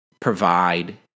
Provide